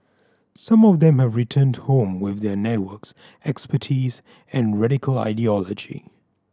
some of them have returned home with their networks expertise and radical ideology